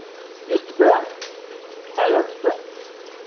किश्त पर फायलेन्स पर